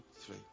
three